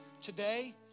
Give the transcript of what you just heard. Today